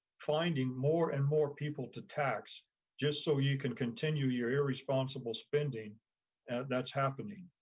finding more and more people to tax just so you can continue your irresponsible spending that's happening.